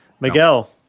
Miguel